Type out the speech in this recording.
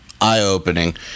eye-opening